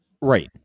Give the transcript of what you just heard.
Right